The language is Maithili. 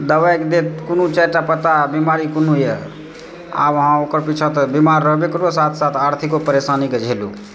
दवाइ देत कोनो चारिटा पत्ता आ बीमारी कोनो यऽ आब अहाँ ओकर पिछांँ तऽ बीमार रहबे करू आ साथ साथ आर्थिको परेशानी कऽ झेलू